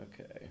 Okay